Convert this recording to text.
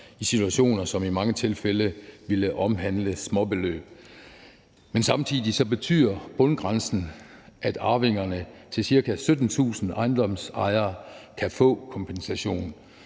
i situationer, som i mange tilfælde ville omhandle småbeløb. Men samtidig betyder bundgrænsen, at arvingerne til ca. 17.000 ejendomsejere kan få kompensation.